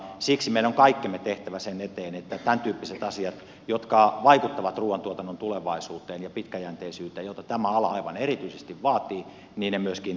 siksi meidän on kaikkemme tehtävä sen eteen että tämäntyyppiset asiat jotka vaikuttavat ruuantuotannon tulevaisuuteen ja pitkäjänteisyyteen joita tämä ala aivan erityisesti vaatii myöskin huomioidaan